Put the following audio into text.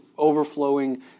overflowing